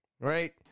Right